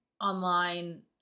online